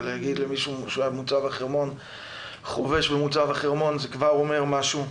ולהגיד שמישהו היה חובש במוצב החרמון זה כבר אומר משהו.